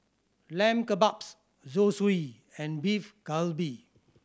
Lamb Kebabs Zosui and Beef Galbi